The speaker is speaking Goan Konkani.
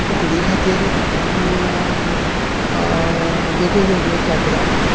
फुगडी खातीर वेगळी वेगळीं कापडां